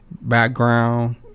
background